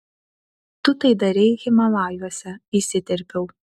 tu tai darei himalajuose įsiterpiau